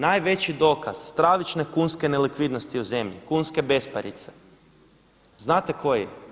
Najveći dokaz stravične kunske nelikvidnosti u zemlji, kunske besparice znate koji?